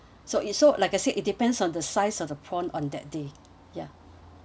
so it's so like I said it depends on the size of the prawn on that day ya